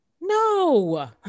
No